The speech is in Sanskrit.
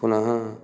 पुनः